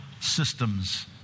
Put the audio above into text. Systems